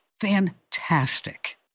fantastic